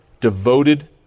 devoted